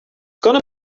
gonna